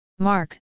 Mark